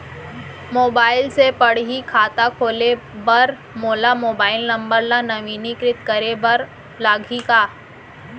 Mobile से पड़ही खाता खोले बर मोला मोबाइल नंबर ल नवीनीकृत करे बर लागही का?